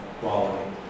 quality